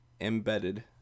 embedded